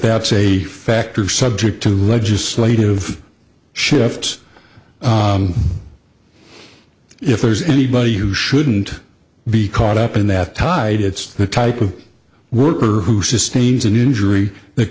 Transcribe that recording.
that's a factor subject to legislative shifts if there's anybody who shouldn't be caught up in that tide it's the type of worker who sustains an injury that